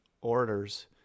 orders